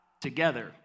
together